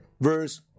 verse